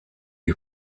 you